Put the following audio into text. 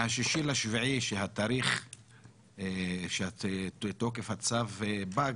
מה-6.7 כשתוקף הצו פג